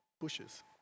bushes